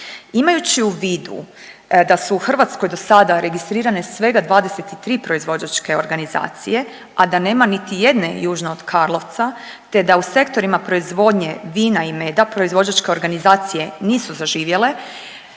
Imajući u vidu da su u Hrvatskoj do sada registrirane svega 23 proizvođačke organizacije, a da nema niti jedne južno od Karlovca te da u sektorima proizvodnje vina i meda proizvođačke organizacije nisu zaživjele,